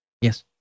Yes